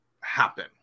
happen